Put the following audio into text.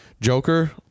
Joker